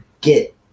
get